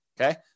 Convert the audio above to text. Okay